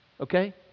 Okay